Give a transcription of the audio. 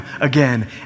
again